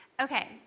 Okay